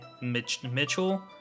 Mitchell